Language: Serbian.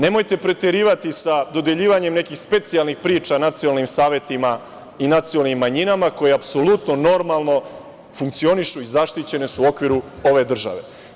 Nemojte preterivati sa dodeljivanjem nekih specijalnih priča o nacionalnim savetima i nacionalnim manjinama koje apsolutno normalno funkcionišu i zaštićene su u okviru ove države.